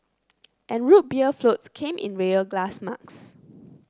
and Root Beer floats came in real glass mugs